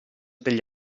degli